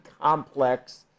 complex